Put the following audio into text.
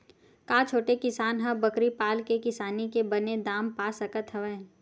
का छोटे किसान ह बकरी पाल के किसानी के बने दाम पा सकत हवय?